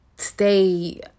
Stay